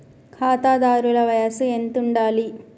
ఖాతాదారుల వయసు ఎంతుండాలి?